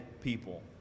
people